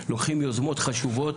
לוקחים יוזמות חשובות